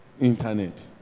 internet